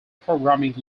programming